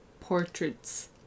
portraits